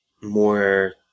more